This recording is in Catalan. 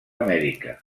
amèrica